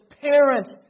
parents